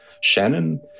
Shannon